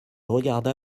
regarda